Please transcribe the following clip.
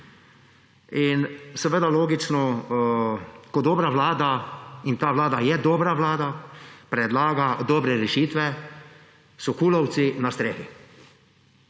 In logično, ko dobra vlada, in ta vlada je dobra vlada, predlaga dobre rešitve, so KUL-ovci na strehi.